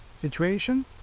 situation